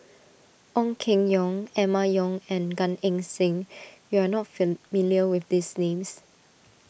Ong Keng Yong Emma Yong and Gan Eng Seng you are not familiar with these names